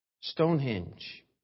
Stonehenge